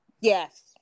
yes